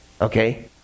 okay